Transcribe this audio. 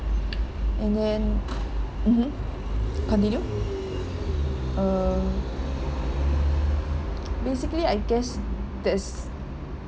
and then mmhmm continue uh basically I guess that's